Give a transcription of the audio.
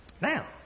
Now